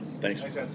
thanks